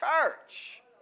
church